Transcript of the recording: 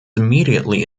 immediately